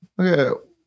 okay